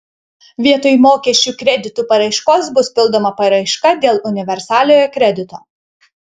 vietoj mokesčių kreditų paraiškos bus pildoma paraiška dėl universaliojo kredito